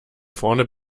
vorne